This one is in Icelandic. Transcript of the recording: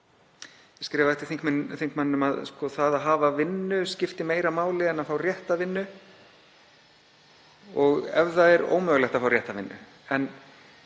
Ég skrifaði eftir þingmanninum að það að hafa vinnu skipti meira máli en að fá rétta vinnu, þ.e. ef það væri ómögulegt að fá rétta vinnu.